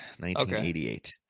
1988